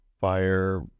fire